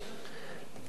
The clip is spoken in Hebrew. כבוד היושב-ראש,